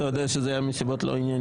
איך אתה יודע שזה היה מסיבות לא ענייניות?